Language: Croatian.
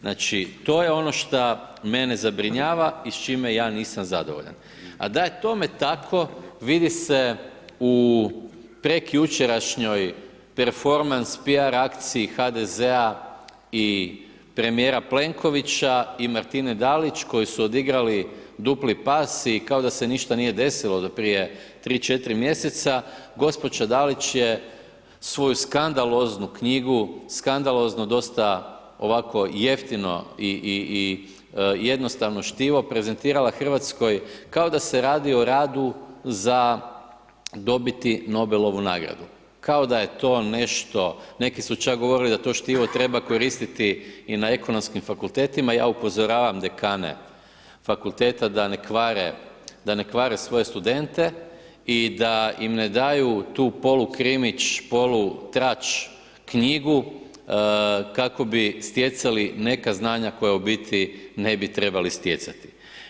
Znači to je ono šta mene zabrinjava i s čime ja nisam zadovoljan a da je tome tako, vidi se u prekjučerašnjoj performans PR akciji HDZ-a i premijera Plenkovića i Martine Dalić koji su igrali dupli pas i kao da se ništa nije desilo prije 3, 4 mj., gospođa Dalić je svoju skandaloznu knjigu, skandalozno dosta ovako jeftino i jednostavno štivo prezentirala Hrvatskoj kao da se radi o radu za dobiti Nobelovu nagradu kao da je to nešto, neki su čak govorili da to štivo treba koristiti i na ekonomskim fakultetima, ja upozoravam dekane fakulteta da ne kvare svoje studente i da im ne daju tu polu krimić, polu trač knjigu kako bi stjecali neka znanja koja u biti ne bi trebali stjecati.